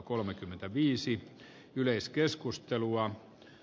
herra puhemies